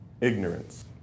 ignorance